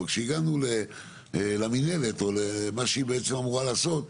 אבל כשהגענו למנהלת או למה שהיא בעצם אמורה לעשות,